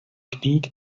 technique